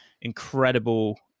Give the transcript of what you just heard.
incredible